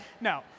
no